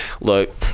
look